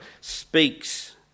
speaks